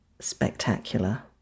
spectacular